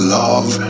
love